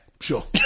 sure